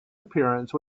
appearance